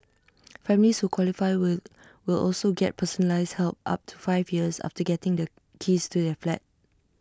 families who qualify will will also get personalised help up to five years after getting the keys to their flat